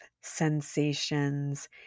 sensations